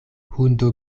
hundo